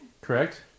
Correct